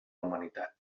humanitat